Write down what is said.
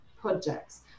projects